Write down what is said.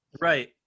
Right